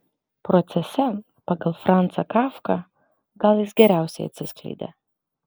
procese pagal franzą kafką gal jis geriausiai atsiskleidė